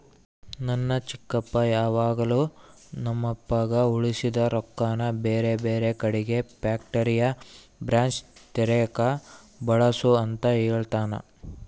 ನನ್ನ ಚಿಕ್ಕಪ್ಪ ಯಾವಾಗಲು ನಮ್ಮಪ್ಪಗ ಉಳಿಸಿದ ರೊಕ್ಕನ ಬೇರೆಬೇರೆ ಕಡಿಗೆ ಫ್ಯಾಕ್ಟರಿಯ ಬ್ರಾಂಚ್ ತೆರೆಕ ಬಳಸು ಅಂತ ಹೇಳ್ತಾನಾ